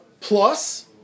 plus